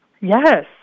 Yes